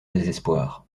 désespoir